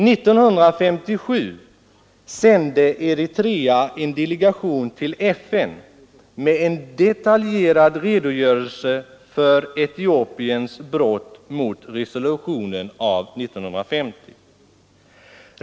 1957 sände Eritrea en delegation till FN med en detaljerad redogörelse för Etiopiens brott mot resolutionen av 1950.